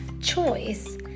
choice